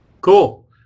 cool